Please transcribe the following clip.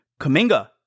Kaminga